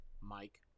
Mike